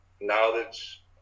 knowledge